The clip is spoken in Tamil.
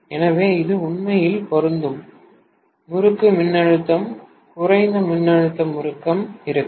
எனவே இது உண்மையில் பொருந்தும் முறுக்கு மின்னழுத்தம் குறைந்த மின்னழுத்த முறுக்கு இருக்கும்